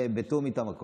הכול בתיאום איתם.